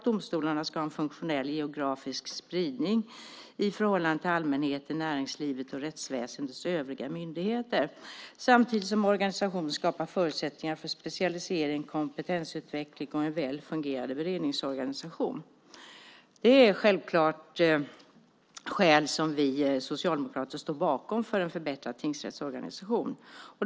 - Domstolarna ska ha en funktionell geografisk spridning i förhållande till allmänheten, näringslivet och rättsväsendets övriga myndigheter samtidigt som organisationen skapar förutsättningar för specialisering, kompetensutveckling och en väl fungerande beredningsorganisation." Det är självklart skäl som vi socialdemokrater står bakom för att förbättra tingsrättsorganisationen.